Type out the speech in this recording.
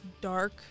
dark